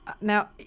Now